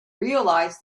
realise